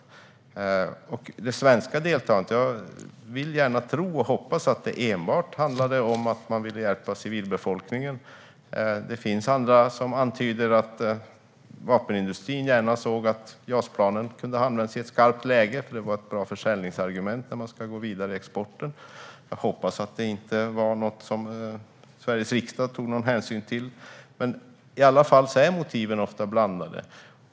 När det gäller det svenska deltagandet vill jag gärna hoppas och tro att det enbart handlade om att hjälpa civilbefolkningen. Det finns de som antyder att vapenindustrin gärna såg att JAS-planen skulle användas i skarpt läge, eftersom det var ett bra försäljningsargument för exporten. Jag hoppas att det inte var något som Sveriges riksdag tog någon hänsyn till. Motiven är i alla fall ofta blandade.